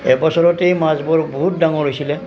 এবছৰতেই মাছবোৰ বহুত ডাঙৰ হৈছিলে